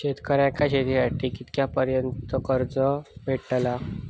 शेतकऱ्यांका शेतीसाठी कितक्या पर्यंत कर्ज भेटताला?